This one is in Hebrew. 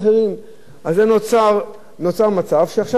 נוצר מצב שעכשיו יש עלייה.